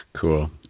Cool